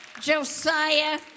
Josiah